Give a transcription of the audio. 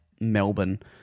Melbourne